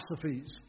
philosophies